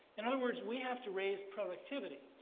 in other words, we have to raise productivity.